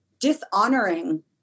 dishonoring